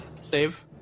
save